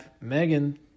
Megan